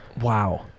wow